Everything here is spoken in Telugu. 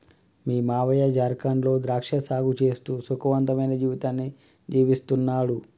మీ మావయ్య జార్ఖండ్ లో ద్రాక్ష సాగు చేస్తూ సుఖవంతమైన జీవితాన్ని జీవిస్తున్నాడు